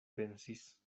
pensis